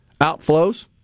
outflows